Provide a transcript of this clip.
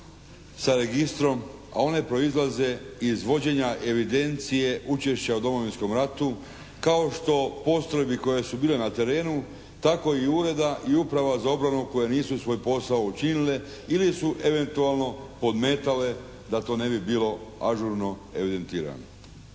sa registrom, a one proizlaze iz vođenja evidencije učešća u Domovinskom ratu kao što postrojbi koje su bile na terenu tako i ureda i uprava za obranu koje nisu svoj posao učinile ili su eventualno podmetale da to ne bi bilo ažurno evidentirano.